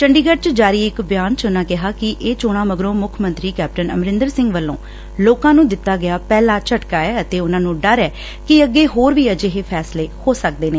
ਚੰਡੀਗੜ ਚ ਜਾਰੀ ਇਕ ਬਿਆਨ ਚ ਊਨਾ ਕਿਹਾ ਕਿ ਇਹ ਚੋਣਾ ਮਗਰੋ ਮੁੱਖ ਮੰਤਰੀ ਕੈਪਟਨ ਅਮਰਿੰਦਰ ਸਿੰਘ ਵੱਲੋਂ ਲੋਕਾਂ ਨੂੰ ਦਿਤਾ ਗਿਆ ਪਹਿਲਾ ਝਟਕਾ ਐ ਅਤੇ ਉਨੂਾਂ ਨੂੰ ਡਰ ਐ ਕਿ ਅੱਗੇ ਹੋਰ ਵੀ ਅਜਿਹੇ ਫੈਸਲੇ ਹੋ ਸਕਦੇ ਨੇ